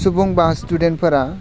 सुबुं बा स्टुडेनफोरा